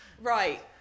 Right